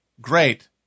great